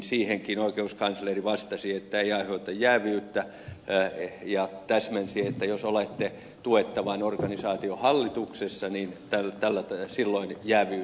siihenkin oikeuskansleri vastasi että ei aiheuta jääviyttä ja täsmensi että jos olette tuettavan organisaation hallituksessa niin silloin jääviys syntyy